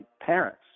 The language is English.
parents